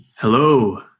Hello